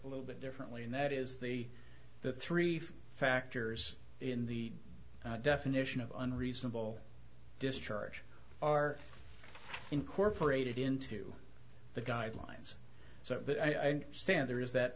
a little bit differently and that is the the three factors in the definition of unreasonable discharge are incorporated into the guidelines so that i stand there is that